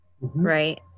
right